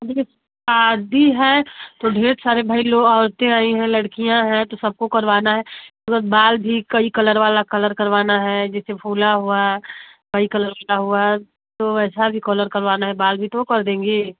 अब देखिए शदी है तो ढेर सारे भई लो औरतें आई हैं लड़कियाँ हैं तो सबको करवाना है मतलब बाल भी कई कलर वाला कलर करवाना है जैसे फूला हुआ कई कलर का हुआ तो वैसा भी कलर करवाना है बाल भी तो वो कर देंगी